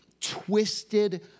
twisted